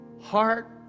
heart